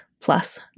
plus